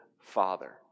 Father